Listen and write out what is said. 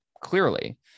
clearly